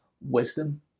wisdom